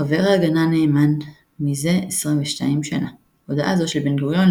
חבר ההגנה נאמן מזה 22 שנה." הודאה זו של בן-גוריון,